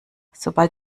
sobald